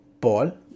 Paul